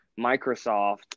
Microsoft